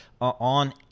on